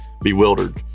bewildered